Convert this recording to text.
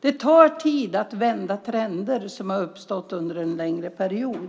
Det tar tid att vända trender som har uppstått under en längre period.